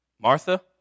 Martha